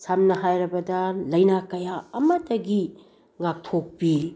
ꯁꯝꯅ ꯍꯥꯏꯔꯕꯗ ꯂꯥꯏꯅꯥ ꯀꯌꯥ ꯑꯃꯗꯒꯤ ꯉꯥꯛꯊꯣꯛꯄꯤ